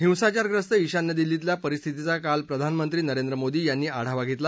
हिंसाचार्यस्त ईशान्य दिल्लीतल्या परिस्थितीचा काल प्रधानमंत्री नरेंद्र मोदी यांनी आढावा घेतला